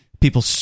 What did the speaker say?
People